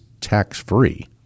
tax-free